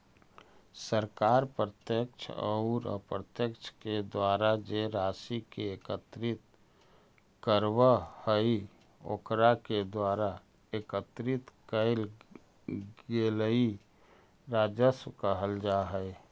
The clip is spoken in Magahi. सरकार प्रत्यक्ष औउर अप्रत्यक्ष के द्वारा जे राशि के एकत्रित करवऽ हई ओकरा के द्वारा एकत्रित कइल गेलई राजस्व कहल जा हई